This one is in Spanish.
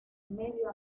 medio